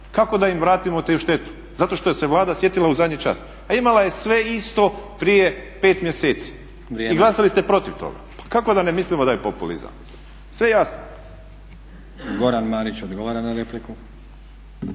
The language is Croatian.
Kako da im vratimo tu štetu zato što se Vlada sjetila u zadnji čas a imala je sve isto prije 5 mjeseci i glasali ste protiv toga. Pa kako da ne mislimo da je populizam? Sve je jasno. **Stazić, Nenad (SDP)** Goran Marić odgovara na repliku.